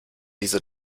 diese